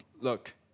look